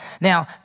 Now